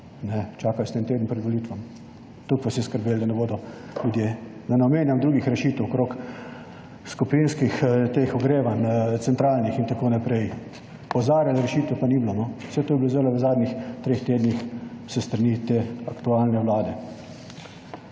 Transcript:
Ne, čakali ste en teden pred volitvam. Toliko vas je skrbelo, da ne bodo ljudje … Da ne omenjam drugih rešitev okoli teh skupinskih ogrevanj, centralnih in tako naprej. Opozarjanja, rešitev pa ni bilo. Vse to je bilo v zadnjih treh tednih s strani te aktualne vlade.